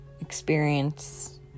experience